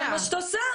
זה מה שאת עושה.